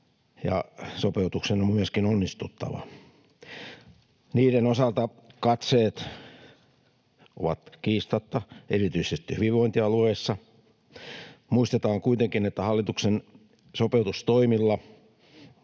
ja sopeutuksen on myöskin onnistuttava. Niiden osalta katseet ovat kiistatta erityisesti hyvinvointialueissa. Muistetaan kuitenkin, että hallituksen sopeutustoimilla